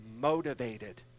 motivated